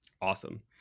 Awesome